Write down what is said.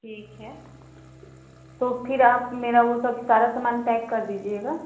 ठीक है तो फिर आप मेरा वह सब सारा समान पैक कर दीजिएगा